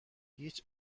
هیچ